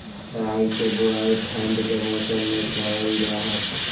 राई के बुवाई ठण्ड के मौसम में करल जा हइ